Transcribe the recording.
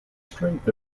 strength